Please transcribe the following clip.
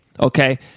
Okay